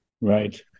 Right